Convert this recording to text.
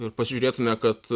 ir pasižiūrėtume kad